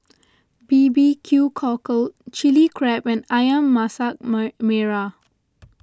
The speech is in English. B B Q Cockle Chili Crab and Ayam Masak Merah